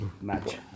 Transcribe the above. match